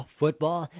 football